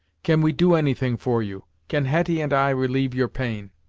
can we do any thing for you? can hetty and i relieve your pain?